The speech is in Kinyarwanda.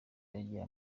bageraga